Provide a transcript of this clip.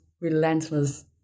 relentless